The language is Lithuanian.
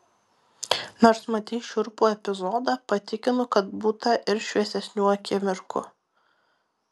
nors matei šiurpų epizodą patikinu kad būta ir šviesesnių akimirkų